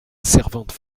servante